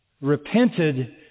repented